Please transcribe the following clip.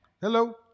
Hello